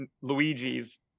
Luigi's